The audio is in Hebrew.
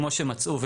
כמו שמצאו,